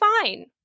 fine